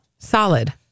solid